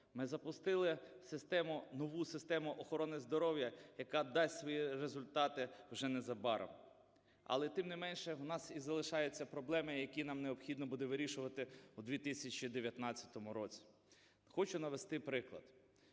Ми запустили систему, нову систему охорони здоров'я, яка дасть свої результати вже незабаром. Але, тим не менше, в нас і залишаються проблеми, які нам необхідно буде вирішувати в 2019 році. Хочу навести приклад.